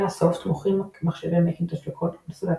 Terra Soft מוכרים מחשבי מקינטוש וקונסולת